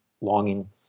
longing